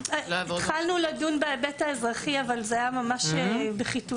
התחלנו לדון בהיבט האזרחי אבל זה היה ממש בחיתוליו.